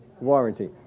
warranty